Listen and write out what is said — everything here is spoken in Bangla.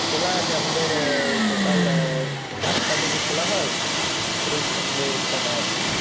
খোলা আছে আমাদের সকাল আটটা থেকে খোলা হয় ওই সন্ধ্যে ছটা অবধি